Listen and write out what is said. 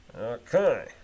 Okay